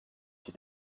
she